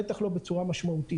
בטח לא בצורה משמעותית.